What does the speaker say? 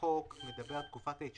כרגע החוק מדבר על תקופת ההתיישנות